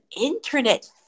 internet